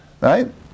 Right